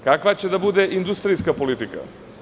Kakva će da bude industrijska politika.